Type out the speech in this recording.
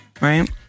right